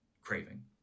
craving